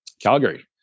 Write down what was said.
Calgary